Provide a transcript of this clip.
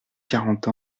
quarante